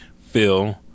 Phil